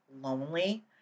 lonely